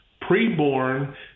Pre-born